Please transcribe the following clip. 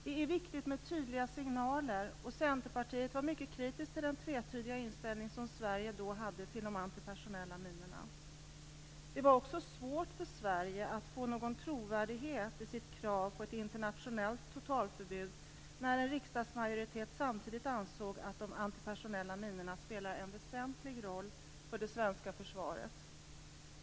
Det är viktigt med tydliga signaler, och Centerpartiet var mycket kritiskt till den tvetydiga inställning som Sverige då hade till de antipersonella minorna. Det var också svårt för Sverige att få någon trovärdighet i sitt krav på ett internationellt totalförbud när en riksdagsmajoritet samtidigt ansåg att de antipersonella minorna spelade en väsentlig roll för det svenska försvaret.